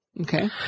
Okay